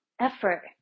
effort